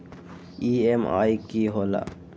EMI की होला?